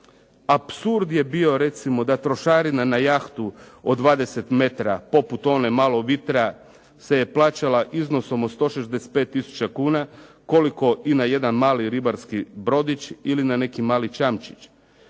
Apsurd je bio recimo da trošarina na jahtu od 20 metara poput one "Malo vitra" se plaćala iznosom od 165 tisuća kuna koliko i na jedan mali ribarski brodić ili na neki mali čamčić.